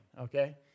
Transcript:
okay